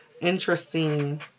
interesting